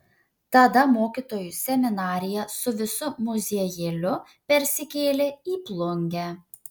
tada mokytojų seminarija su visu muziejėliu persikėlė į plungę